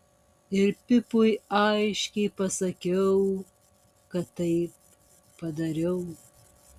ir pipui aiškiai pasakiau kad taip padariau